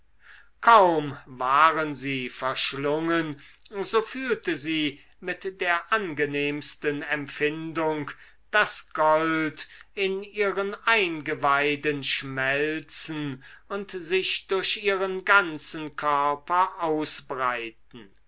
kaum waren sie verschlungen so fühlte sie mit der angenehmsten empfindung das gold in ihren eingeweiden schmelzen und sich durch ihren ganzen körper ausbreiten